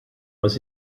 was